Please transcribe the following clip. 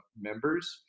members